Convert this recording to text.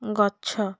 ଗଛ